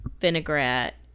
vinaigrette